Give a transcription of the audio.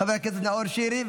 חבר הכנסת נאור שירי,